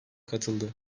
katıldı